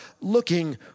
looking